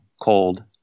cold